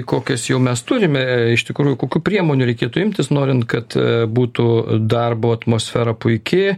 kokias jau mes turime iš tikrųjų kokių priemonių reikėtų imtis norint kad būtų darbo atmosfera puiki